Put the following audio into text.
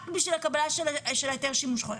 רק בשביל הקבלה של ההיתר שימוש חורג.